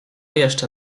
jeszcze